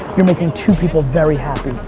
you're making two people very happy.